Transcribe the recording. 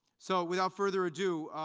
so without further ado,